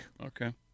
Okay